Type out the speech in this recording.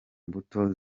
mbuto